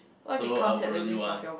so I would really want